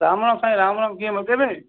राम राम साईं राम राम कीअं मज़े में